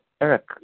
Eric